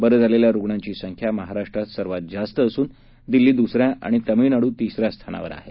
बरे झालेल्या रुग्णांची संख्या महाराष्ट्रात सर्वात जास्त असून दिल्ली दुसऱ्या आणि तामिळनाडू तिसऱ्या स्थानावर आहे